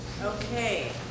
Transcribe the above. Okay